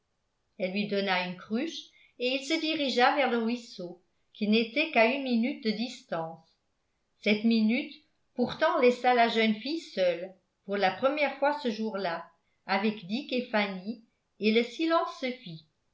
elle lui donna une cruche et il se dirigea vers le ruisseau qui n'était qu'à une minute de distance cette minute pourtant laissa la jeune fille seule pour la première fois ce jour-là avec dick et fanny et le silence se fit